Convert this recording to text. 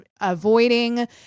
avoiding